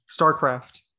Starcraft